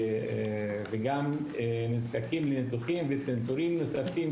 והם גם נזקקים לניתוחים וצנתורים נוספים,